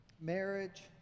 marriage